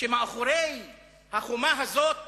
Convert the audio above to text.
שמאחורי החומה הזאת